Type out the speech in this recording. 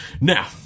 now